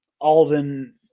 Alden